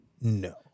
No